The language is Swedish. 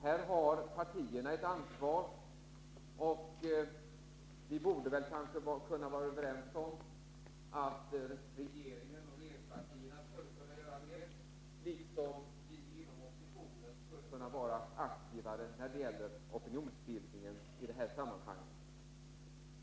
Här har partierna ett ansvar, och vi borde väl kunna vara överens om att regeringen och regeringspartierna skulle kunna göra mer, liksom att vi inom oppositionen skulle kunna vara mer aktiva när det gäller opinionsbildningen i det här sammanhanget.